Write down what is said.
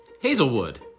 Hazelwood